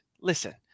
listen